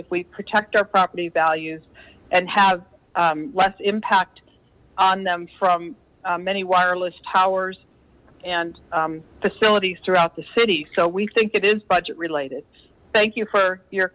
if we protect our property values and have less impact on them from many wireless towers and facilities throughout the city so we think it is budget related thank you for your